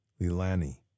Lilani